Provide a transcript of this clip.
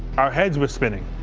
our heads were spinning.